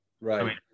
right